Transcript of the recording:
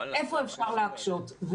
איפה אפשר להקשות,